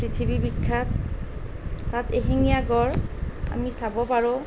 পৃথিৱী বিখ্য়াত তাত এশিঙীয়া গঁড় আমি চাব পাৰোঁ